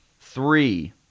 three